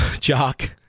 Jock